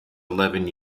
eleven